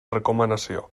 recomanació